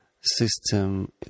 system